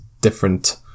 different